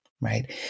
right